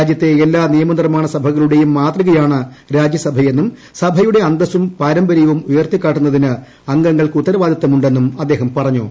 രാജ്യത്തെ എല്ലാ നിയമനിർമാണ സഭകളുടേയും മാതൃകയാണ് രാജ്യസഭയെന്നും സഭയുടെ അന്തസ്സും പാരമ്പര്യവും ഉയർത്തി കാട്ടുന്നതിന് അംഗങ്ങൾക്ക് ഉത്തരവാദിത്തമുടെ ന്നും അദ്ദേഹം പറഞ്ഞു